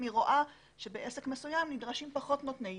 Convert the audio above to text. היא רואה שבעסק מסוים נדרשים פחות נותני אישור.